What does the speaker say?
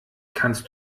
kannst